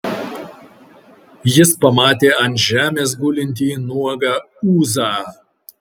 jis pamatė ant žemės gulintį nuogą ūzą